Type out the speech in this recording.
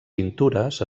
pintures